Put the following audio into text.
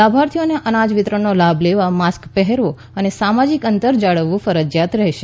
લાભાર્થીઓને અનાજ વિતરણનો લાભ લેવા માસ્ક પહેરવો અને સામાજિક અંતર જાળવવું ફરજિયાત રહેશે